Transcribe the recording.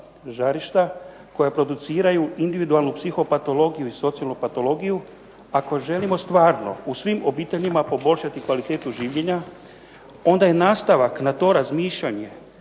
koja produciraju individualnu psiho patologiju i socijalnu patologiju. Ako želimo stvarno u svim obiteljima poboljšati kvalitetu življenja onda je nastavak na to razmišljanje